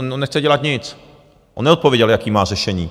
On nechce dělat nic, on neodpověděl, jaké má řešení.